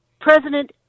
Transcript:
President